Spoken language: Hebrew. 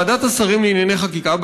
ועדת השרים לענייני חקיקה,